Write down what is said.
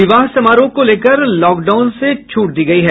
विवाह समारोह को लॉकडाउन से छूट दी गयी है